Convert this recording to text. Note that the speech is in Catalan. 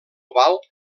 oval